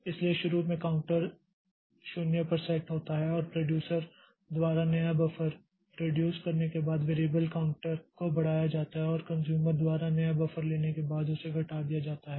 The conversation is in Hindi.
इसलिए शुरू में काउंटर 0 पर सेट होता है और प्रोड्यूसर द्वारा नया बफर प्रोड्यूस करने के बाद वैरिएबल काउंटर को बढ़ाया जाता है और कन्ज़्यूमर द्वारा नया बफर लेने के बाद उसे घटा दिया जाता है